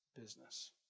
business